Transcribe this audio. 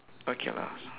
okay lah